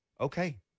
okay